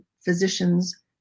physicians